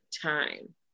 time